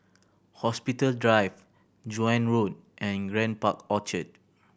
Hospital Drive Joan Road and Grand Park Orchard